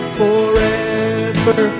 forever